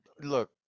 Look